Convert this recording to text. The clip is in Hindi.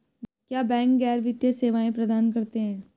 क्या बैंक गैर वित्तीय सेवाएं प्रदान करते हैं?